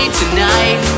tonight